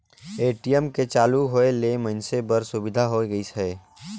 ATM के चालू होय ले मइनसे बर सुबिधा होय गइस हे